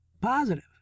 Positive